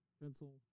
pencil